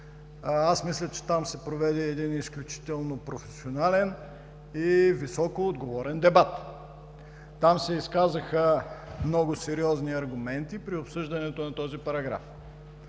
Аз мисля, че там се проведе един изключително професионален и високоотговорен дебат. Там се изказаха много сериозни аргументи при обсъждането на този параграф.